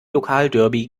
lokalderby